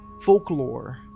folklore